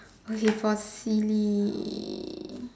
okay for silly